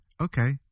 Okay